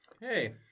Hey